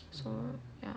mm